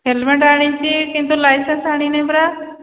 helmet ଆଣିଛି କିନ୍ତୁ licence ଆଣିନି ପରା